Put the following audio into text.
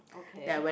okay